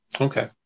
Okay